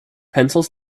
pencils